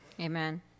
amen